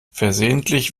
versehentlich